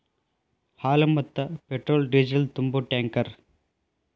ಹಾಲ, ಮತ್ತ petrol diesel ತುಂಬು ಟ್ಯಾಂಕರ್